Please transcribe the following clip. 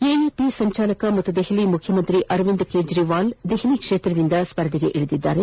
AAP ಸಂಚಾಲಕ ಮತ್ತು ದೆಹಲಿ ಮುಖ್ಯಮಂತ್ರಿ ಅರವಿಂದ್ ಕೇಜ್ರಿವಾಲ್ ನವದೆಹಲಿ ಕ್ಷೇತ್ರದಿಂದ ಸ್ವರ್ಧಿಸಿದ್ದಾರೆ